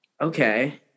Okay